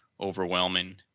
overwhelming